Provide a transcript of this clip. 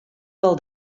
del